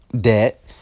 debt